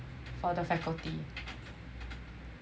for the faculty